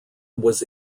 was